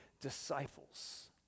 disciples